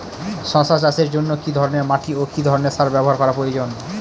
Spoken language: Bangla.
শশা চাষের জন্য কি ধরণের মাটি ও কি ধরণের সার ব্যাবহার করা প্রয়োজন?